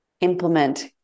implement